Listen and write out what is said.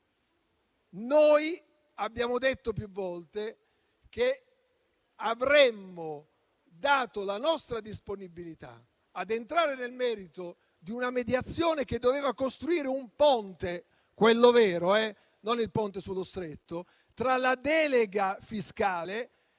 Noi abbiamo detto più volte che avremmo dato la nostra disponibilità a entrare nel merito di una mediazione che doveva costruire un ponte - quello vero, non il ponte sullo Stretto - tra la delega fiscale e